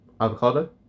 Avocado